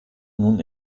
nun